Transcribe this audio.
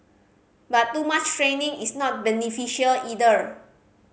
but too much training is not beneficial either